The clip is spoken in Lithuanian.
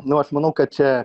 nu aš manau kad čia